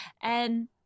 And-